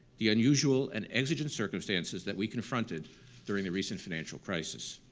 the unusual and exigent circumstances that we confronted during the recent financial crisis.